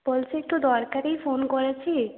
বলছি একটু দরকারেই ফোন করেছি